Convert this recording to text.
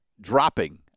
dropping